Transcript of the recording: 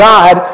God